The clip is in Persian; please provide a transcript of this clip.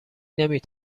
نمی